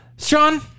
Sean